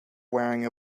wearing